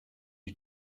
you